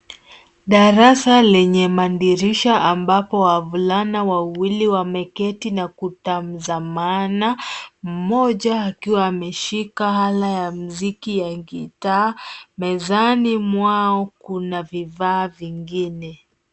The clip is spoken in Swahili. Darasa lenye madirisha ambapo wavulana wawili wameketi na kutazamana mmoja akiwa ameshika ala ya mziki ya guitar mezani mwao kuna vifaa vingine.